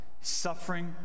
Suffering